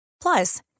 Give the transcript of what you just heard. Plus